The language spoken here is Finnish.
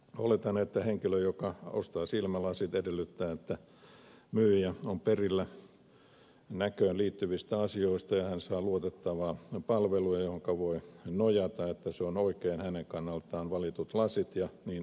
oletan että henkilö joka ostaa silmälasit edellyttää että myyjä on perillä näköön liittyvistä asioista ja hän saa luotettavaa palvelua johonka voi nojata että on oikein hänen kannaltaan valitut lasit ja niin edelleen